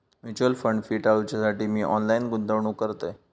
mutual fund fee टाळूच्यासाठी मी online गुंतवणूक करतय